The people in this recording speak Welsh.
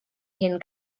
hen